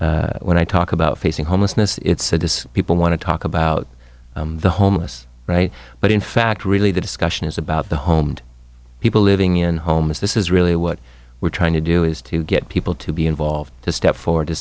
you when i talk about facing homelessness it's it is people want to talk about the homeless right but in fact really the discussion is about the home and people living in homes this is really what we're trying to do is to get people to be involved to step forward to